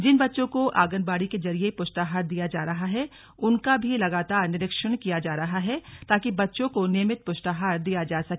जिन बच्चों को आंगनबाड़ी के जरिये पुष्टाहार दिया जा रहा है उनका भी लगातार निरीक्षण किया जा रहा है ताकि बच्चों को नियमित पुष्टाहार दिया जा सके